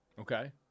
Okay